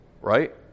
Right